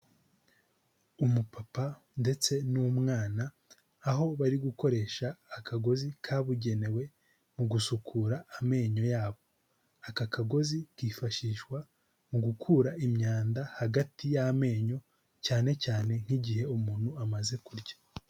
Umupapa ndetse n'umwana aho bari gukoresha akagozi kabugenewe mu gusukura amenyo yabo, aka kagozi kifashishwa mu gukura imyanda hagati y'amenyo, cyane cyane nk'igihe umuntu amaze kurya.